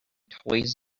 toys